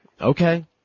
Okay